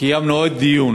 קיימנו עוד דיון